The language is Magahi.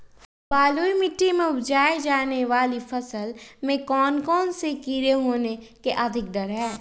बलुई मिट्टी में उपजाय जाने वाली फसल में कौन कौन से कीड़े होने के अधिक डर हैं?